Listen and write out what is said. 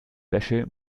wäsche